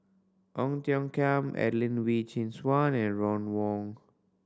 Ong Tiong Khiam Adelene Wee Chin Suan and Ron Wong